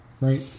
right